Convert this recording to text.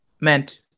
meant